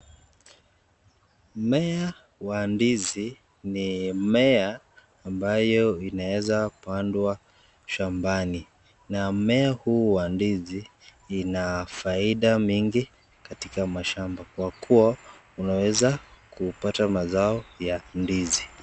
Mmea wa ndizi ni mumea ambayo unaweza pandwa shambani na mumea huu wa ndizi ina faida nyingi katika mashamba kwa kuwa unaweza kupata mazao ya ndizi.